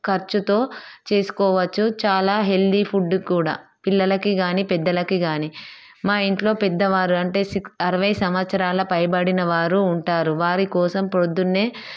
ఖర్చుతో చేసుకోవచ్చు చాలా హెల్దీ ఫుడ్ కూడా పిల్లలకి కానీ పెద్దలకి కానీ మాఇంట్లో పెద్దవారు అంటే అరవై సంవత్సరాల పైబడిన వారు ఉంటారు వారికోసం ప్రొద్దున్నే